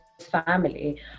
family